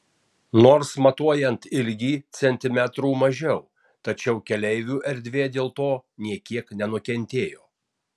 nors matuojant ilgį centimetrų mažiau tačiau keleivių erdvė dėl to nė kiek nenukentėjo